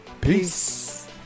Peace